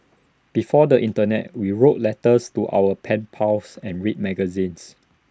before the Internet we wrote letters to our pen pals and read magazines